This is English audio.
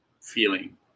feeling